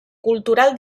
cultural